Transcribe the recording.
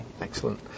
Excellent